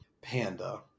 Panda